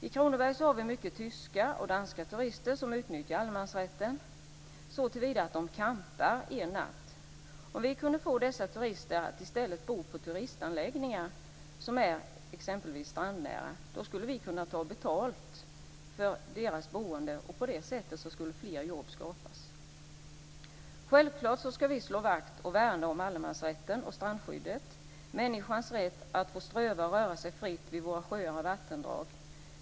I Kronoberg har vi mycket tyska och danska turister som utnyttjar allemansrätten såtillvida att de campar en natt. Om vi kunde få dessa turister att i stället bo på turistanläggningar som är exempelvis strandnära skulle vi kunna ta betalt för deras boende, och på det sättet skulle fler jobb skapas. Självklart skall vi slå vakt om och värna allemansrätten och strandskyddet och människans rätt att ströva och röra sig fritt vid våra sjöar och vattendrag.